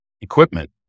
equipment